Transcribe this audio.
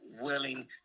willing